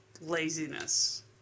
laziness